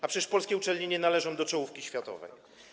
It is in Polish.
A przecież polskie uczelnie nie należą do czołówki światowej.